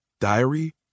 Diary